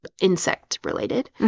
insect-related